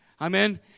Amen